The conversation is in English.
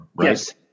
yes